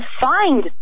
find